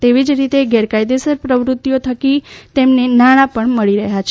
એવી જ રીતે ગેરકાયદેસર પ્રવૃત્તિઓ થકી તેમને નાણા પણ મળી રહ્યા છે